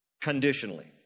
conditionally